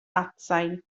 atsain